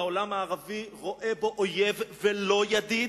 העולם הערבי רואה בו אויב ולא ידיד.